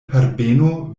herbeno